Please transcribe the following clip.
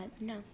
no